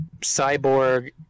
Cyborg